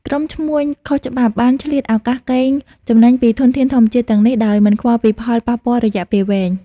ក្រុមឈ្មួញខុសច្បាប់បានឆ្លៀតឱកាសកេងចំណេញពីធនធានធម្មជាតិទាំងនេះ ដោយមិនខ្វល់ពីផលប៉ះពាល់រយៈពេលវែង។